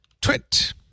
TWIT